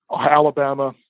Alabama